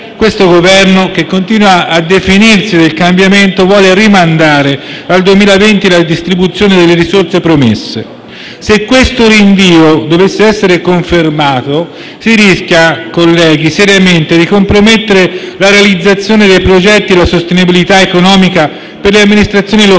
questo Governo, che continua a definirsi del cambiamento, vuole rimandare al 2020 la distribuzione delle risorse promesse. Colleghi, se questo rinvio dovesse essere confermato, si rischia seriamente di compromettere la realizzazione dei progetti e la sostenibilità economica per le amministrazioni locali